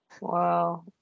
Wow